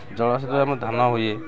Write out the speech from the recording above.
ଆମେ ଧାନ ହୁଏ